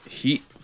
heat